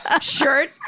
shirt